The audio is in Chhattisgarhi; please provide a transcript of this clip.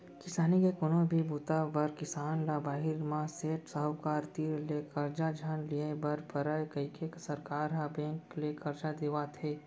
किसानी के कोनो भी बूता बर किसान ल बाहिर म सेठ, साहूकार तीर ले करजा झन लिये बर परय कइके सरकार ह बेंक ले करजा देवात हे